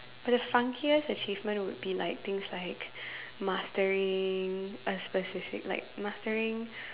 but the funkiest achievement would be like things like mastering us specific like mastering